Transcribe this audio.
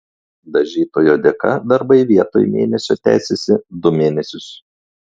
dažytojo dėka darbai vietoj mėnesio tęsėsi du mėnesius